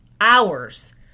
hours